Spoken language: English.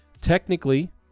Technically